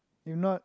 if not